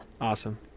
Awesome